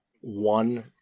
One